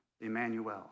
Emmanuel